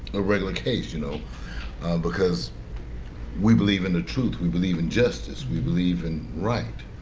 a regular case, you know because we believe in the truth we believe in justice, we believe in right.